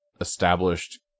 established